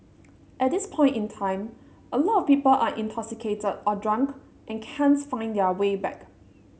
at this point in time a lot of people are intoxicated or drunk and can't find their way back